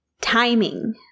timing